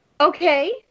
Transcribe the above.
Okay